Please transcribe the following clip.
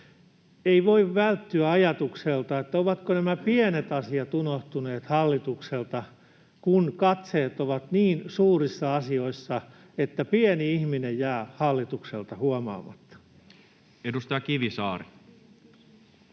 Ei voi välttyä ajatukselta, ovatko nämä pienet asiat unohtuneet hallitukselta, kun katseet ovat niin suurissa asioissa, että pieni ihminen jää hallitukselta huomaamatta. [Speech 209]